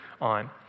on